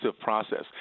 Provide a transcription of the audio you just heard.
process